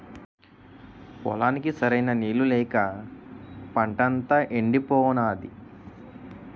పొలానికి సరైన నీళ్ళు లేక పంటంతా యెండిపోనాది